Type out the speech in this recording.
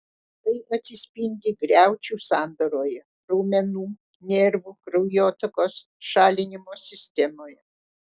tai atsispindi griaučių sandaroje raumenų nervų kraujotakos šalinimo sistemoje